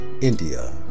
India